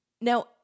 Now